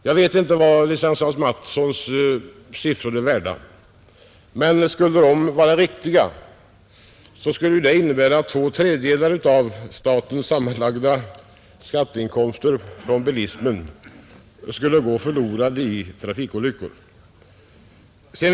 Jag vet inte vad Mattssons siffror är värda, men är de riktiga innebär de att två tredjedelar av statens sammanlagda skatteinkomster från bilismen går förlorade i trafikolyckor.